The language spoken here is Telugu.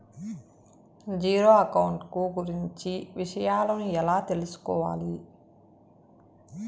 జీరో అకౌంట్ కు గురించి విషయాలను ఎలా తెలుసుకోవాలి?